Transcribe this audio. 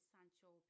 Sancho